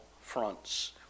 fronts